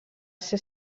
ser